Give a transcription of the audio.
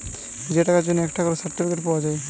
যে টাকার জন্যে একটা করে সার্টিফিকেট পাওয়া যায়